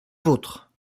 vôtre